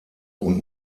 und